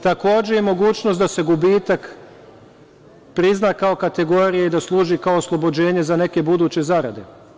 Takođe, i mogućnost da se gubitak prizna kao kategorija i da služi kao oslobođenje za neke buduće zarade.